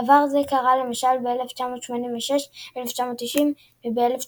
דבר זה קרה, למשל, ב-1986, 1990 וב-1994.